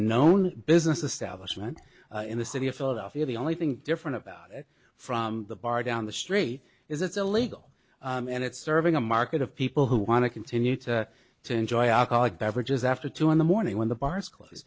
known business establishment in the city of philadelphia the only thing different about it from the bar down the street is it's illegal and it's serving a market of people who want to continue to to enjoy alcoholic beverages after two in the morning when the bars close